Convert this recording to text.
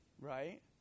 Right